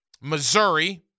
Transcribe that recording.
Missouri